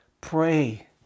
pray